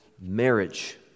marriage